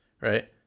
right